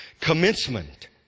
commencement